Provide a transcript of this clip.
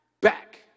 back